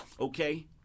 Okay